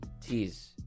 tease